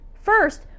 first